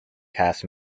cast